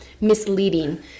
misleading